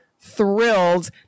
thrilled